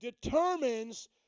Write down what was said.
determines